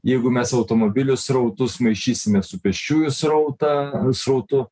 jeigu mes automobilių srautus maišysime su pėsčiųjų srautą srautu